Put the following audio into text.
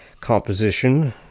composition